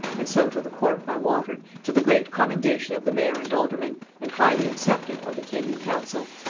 and so to the court by water, to the great commendation of the mayor and aldermen, and highly accepted, of the king and council.